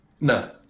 No